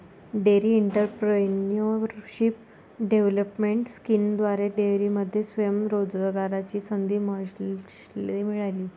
dairy entrepreneurship development स्कीमद्वारे डेअरीमध्ये स्वयं रोजगाराची संधी महेशला मिळाली